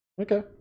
Okay